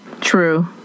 true